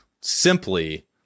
simply